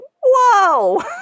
Whoa